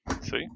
See